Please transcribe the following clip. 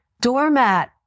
Doormat